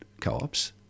co-ops